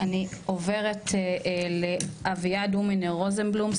אני עוברת לאביעד הומונר רוזנבלום,